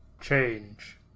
Change